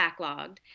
backlogged